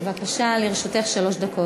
בבקשה, לרשותך שלוש דקות.